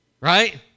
right